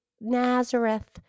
Nazareth